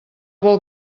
vol